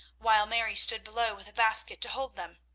while mary stood below with a basket to hold them.